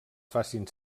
facin